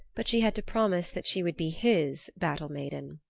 but she had to promise that she would be his battle-maiden.